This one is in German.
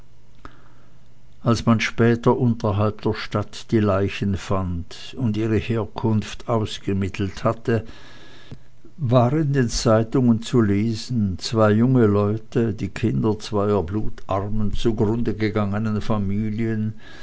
als man später unterhalb der stadt die leichen fand und ihre herkunft ausgemittelt hatte war in den zeitungen zu lesen zwei junge leute die kinder zweier blutarmen zugrunde gegangenen familien